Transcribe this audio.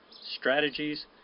strategies